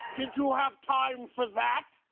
did you have time for that?